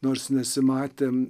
nors nesimatėm